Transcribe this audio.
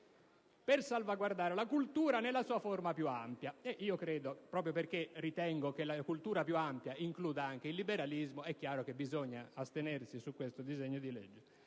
«per salvaguardare la cultura nella sua forma più ampia». Io credo, proprio perché ritengo che la cultura più ampia includa anche il liberalismo, che occorra astenersi su questo disegno di legge.